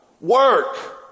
Work